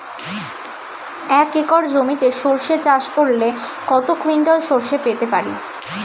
এক একর জমিতে সর্ষে চাষ করলে কত কুইন্টাল সরষে পেতে পারি?